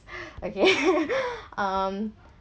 okay um